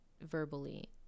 verbally